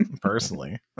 personally